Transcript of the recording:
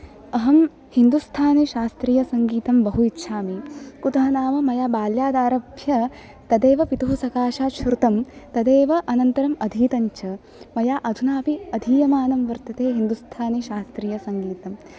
अहं हिन्दुस्थानिशास्त्रीयसङ्गीतं बहु इच्छामि कुतः नाम मया बाल्यादारभ्य तदेव पितुः सकाशात् श्रुतं तदेव अनन्तरम् अधीतं च मया अधुनापि अधीयमानं वर्तते हिन्दुस्थानिशास्त्रीयसङ्गीतं